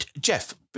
Jeff